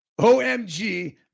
OMG